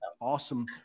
Awesome